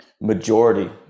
majority